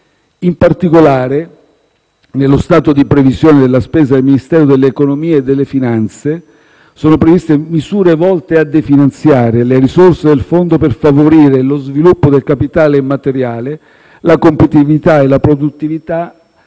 In particolare, nello stato di previsione della spesa del Ministero dell'economia e delle finanze sono previste misure volte a definanziare le risorse del fondo per favorire lo sviluppo del capitale immateriale, la competitività e la produttività